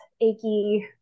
achy